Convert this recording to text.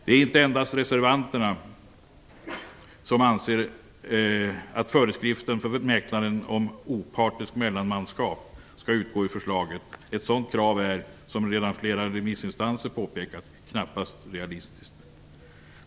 Det är inte endast reservanterna som anser att föreskriften för mäklaren om "opartiskt mellanmannaskap" skall utgå ur lagförslaget. Ett sådant krav är - som redan flera remissinstanser påpekat - knappast realistiskt.